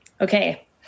Okay